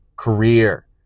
career